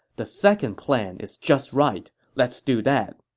the second plan is just right. let's do that.